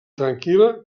tranquil·la